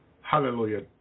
hallelujah